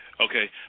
Okay